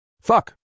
Fuck